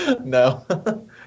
No